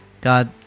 God